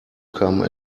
come